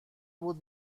بود